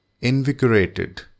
invigorated